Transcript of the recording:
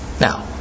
now